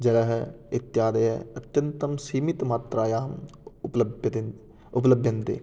जलम् इत्यादयः अत्यन्तं सीमितमात्रायाम् उपलभ्यते उपलभ्यन्ते